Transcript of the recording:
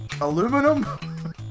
aluminum